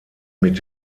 mit